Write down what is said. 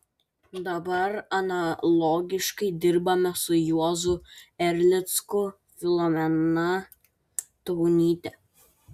dabar analogiškai dirbame su juozu erlicku filomena taunyte